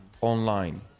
Online